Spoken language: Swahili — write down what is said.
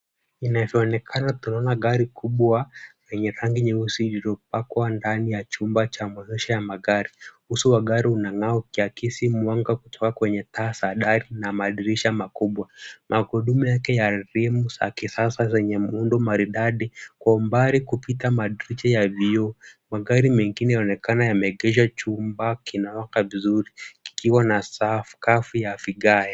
Inavyoonekana tunaona gari kubwa yenye rangi nyeusi iliyopakwa ndani ya chumba cha maonyesho ya magari. Uso wa gari unang'aa ukiakisi mwanga kutoka kwenye taa za dari na madirisha makubwa. Magurudumu yake ya rimu za kisasa zenye muundo maridadi. Kwa umbali kupita madirisha ya vioo magari mengine yanaonekana yameegeshwa. Chumba kinawaka vizuri kikiwa na sakafu ya vigae.